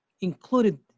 included